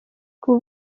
ubu